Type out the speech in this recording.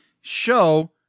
show